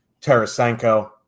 Tarasenko